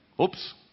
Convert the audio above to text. Oops